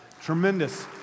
tremendous